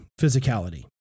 physicality